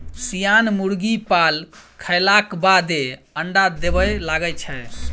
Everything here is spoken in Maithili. सियान मुर्गी पाल खयलाक बादे अंडा देबय लगैत छै